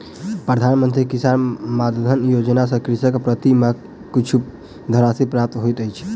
प्रधान मंत्री किसान मानधन योजना सॅ कृषक के प्रति माह किछु धनराशि प्राप्त होइत अछि